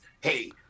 hey